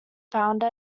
founder